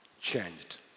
changed